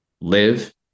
live